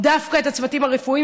דווקא את הצוותים הרפואיים.